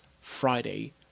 Friday